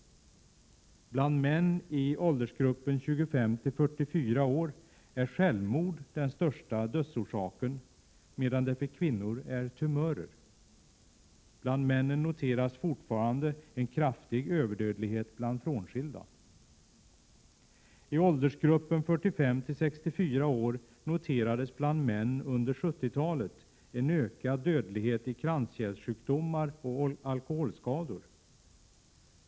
Bland män i åldersgruppen 25-44 år är självmord den största dödsorsaken, medan det för kvinnor är tumörer. Bland männen noteras fortfarande en kraftig överdödlighet bland frånskilda. I åldersgruppen 45-64 år noterades bland män under 70-talet en ökad dödlighet i kranskärlssjukdomar och av alkoholskador.